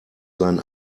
sein